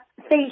Thank